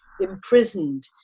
imprisoned